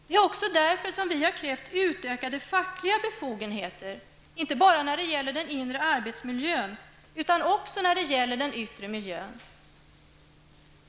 Det är också därför som vi har krävt utökade fackliga befogenheter, och då inte bara när det gäller den inre arbetsmiljön utan också när det gäller den yttre miljön.